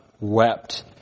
wept